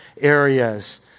areas